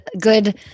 good